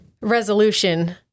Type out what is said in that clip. resolution